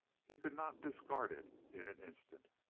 he could not discard it in an instant.